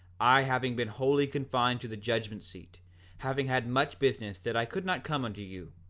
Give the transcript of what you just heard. i having been wholly confined to the judgment-seat, having had much business that i could not come unto you.